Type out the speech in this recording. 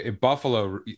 buffalo